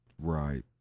Right